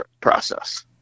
process